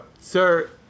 sir